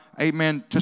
amen